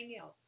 else